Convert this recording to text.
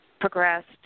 progressed